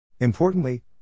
Importantly